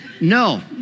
no